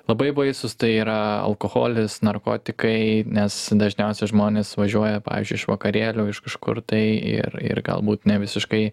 labai baisūs tai yra alkoholis narkotikai nes dažniausia žmonės važiuoja pavyzdžiui iš vakarėlio iš kažkur tai ir ir galbūt nevisiškai